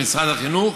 במשרד החינוך.